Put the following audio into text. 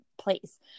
place